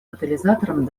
катализатором